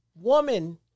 woman